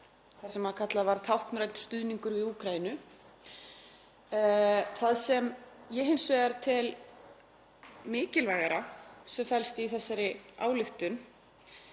það sem kallað var táknrænn stuðningur við Úkraínu. Það sem ég hins vegar tel mikilvægara sem felst í þessari